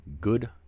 good